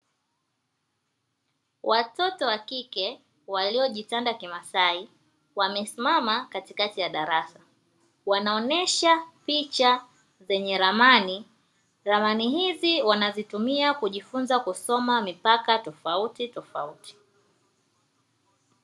Watoto wa kike, walio jitanda kimasai, wamesimama katikati ya darasa, wanaonesha picha zenye ramani. Ramani hizi wanazitumia kujifunza kusoma mipaka tofauti tofauti.